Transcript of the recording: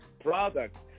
products